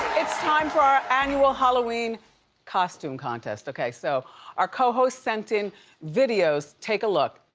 it's time for our annual halloween costume contest. okay, so our co-hosts sent in videos, take a look.